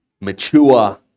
mature